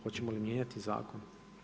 Hoćemo li mijenjati zakon?